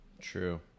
true